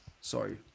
Sorry